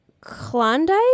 Klondike